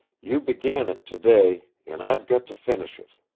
you began it today and i've got to finish it.